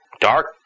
dark